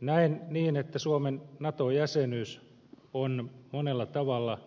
näen niin että suomen nato jäsenyys on monella tavalla